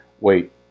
wait